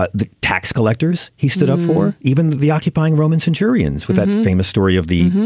but the tax collectors he stood up for even the occupying roman centurions with the famous story of the.